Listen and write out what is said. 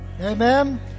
Amen